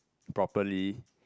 properly